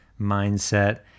mindset